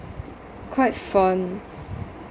quite fond